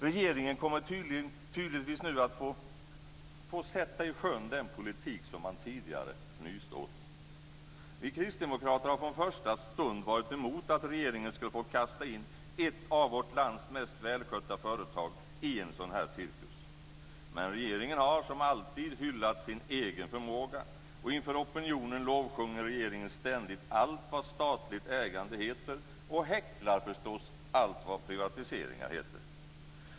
Regeringen kommer tydligtvis få sätta i sjön den politik som man tidigare fnyste åt. Vi kristdemokrater har från första stund varit emot att regeringen skulle få kasta in ett av vårt lands mest välskötta företag i en sådan cirkus. Men regeringen har, som alltid, hyllat sin egen förmåga, och inför opinionen lovsjunger regeringen ständigt allt vad statligt ägande heter och häcklar allt vad privatiseringar heter.